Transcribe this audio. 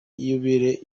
yubile